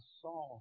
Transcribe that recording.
saw